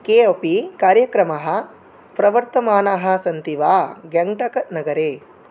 के अपि कार्यक्रमाः प्रवर्तमानाः सन्ति वा गाङ्ग्टाक् नगरे